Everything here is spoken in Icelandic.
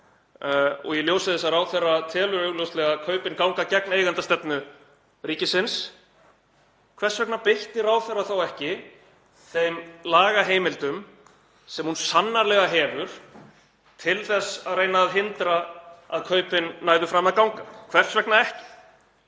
og í ljósi þess að ráðherra telur augljóslega kaupin ganga gegn eigendastefnu ríkisins, hvers vegna beitti ráðherra þá ekki þeim lagaheimildum sem hún sannarlega hefur til þess að reyna að hindra að kaupin næðu fram að ganga? Hvers vegna ekki?